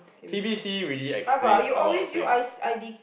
T_B_C really explains a lot of things